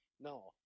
No